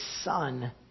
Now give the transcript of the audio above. son